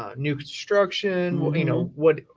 ah new construction? will he know what,